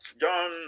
John